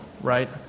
right